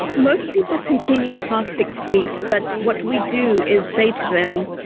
most people continue past six weeks. but what we do is say to them,